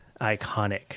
iconic